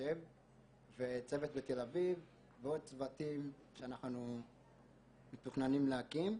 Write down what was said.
צוות בתל אביב ועוד צוותים שאנחנו מתכננים להקים.